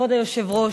כבוד היושב-ראש,